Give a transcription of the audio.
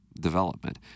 development